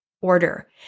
order